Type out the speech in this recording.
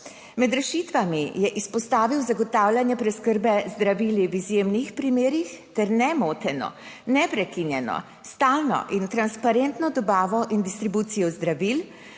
Med rešitvami je izpostavil zagotavljanje preskrbe z zdravili v izjemnih primerih ter nemoteno, neprekinjeno, stalno in transparentno dobavo in distribucijo zdravil,